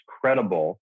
credible